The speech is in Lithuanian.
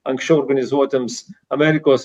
anksčiau organizuotiems amerikos